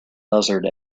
buzzard